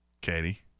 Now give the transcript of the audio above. Katie